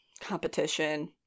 competition